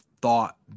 thought